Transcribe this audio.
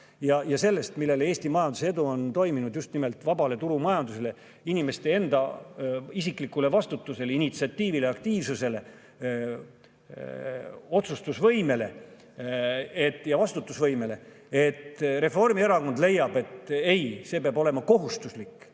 ja sellest, millele Eesti majandusedu on [tuginenud], just nimelt vabale turumajandusele, inimeste enda isiklikule vastutusele, initsiatiivile, aktiivsusele, otsustusvõimele ja vastutusvõimele, [leiavad], Reformierakond leiab, et ei, see peab olema kohustuslik.